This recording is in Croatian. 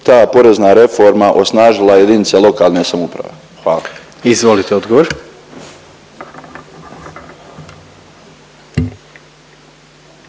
ta porezna reforma osnažila jedinice lokalne samouprave. Hvala. **Jandroković,